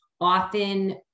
often